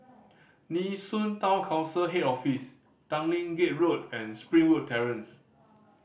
Nee Soon Town Council Head Office Tanglin Gate Road and Springwood Terrace